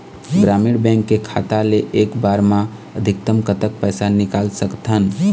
ग्रामीण बैंक के खाता ले एक बार मा अधिकतम कतक पैसा निकाल सकथन?